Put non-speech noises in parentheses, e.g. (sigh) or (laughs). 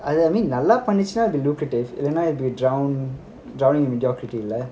I mean நல்ல பண்ணுச்சுனா அது:nalla pannuchuna adhu lucrative இல்லனா அது:illana adhu (laughs)